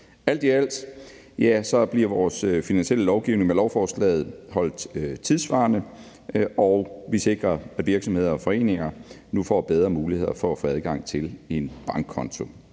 Alt i alt bliver vores finansielle lovgivning med lovforslaget holdt tidssvarende, og vi sikrer, at virksomheder og foreninger nu får bedre muligheder for at få adgang til en bankkonto.